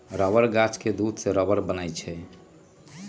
rubber गाछ के दूध से रबर बनै छै